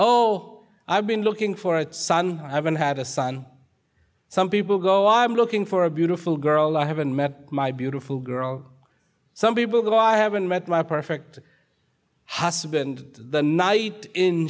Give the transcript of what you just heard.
oh i've been looking for a son i haven't had a son some people go i'm looking for a beautiful girl i haven't met my beautiful girl some people that i haven't met my perfect husband the knight in